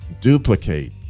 duplicate